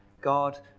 God